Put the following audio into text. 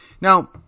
Now